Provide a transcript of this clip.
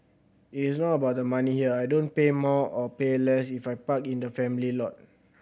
it is not about the money here I don't pay more or pay less if I park in the family lot